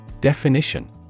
Definition